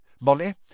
Molly